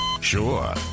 Sure